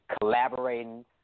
collaborating